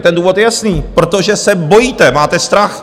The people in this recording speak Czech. Ten důvod je jasný protože se bojíte, máte strach.